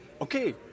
okay